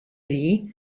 lee